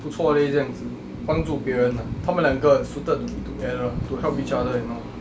不错 leh 这样子帮助别人 ah 他们两个 suited together to help each other you know